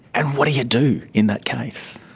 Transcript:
and what do you do in that case?